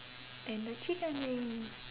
and the chicken wing